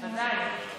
להגיב?